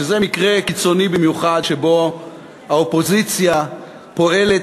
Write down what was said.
שזה מקרה קיצוני במיוחד שבו האופוזיציה פועלת